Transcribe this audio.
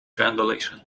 triangulation